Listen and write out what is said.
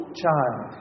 child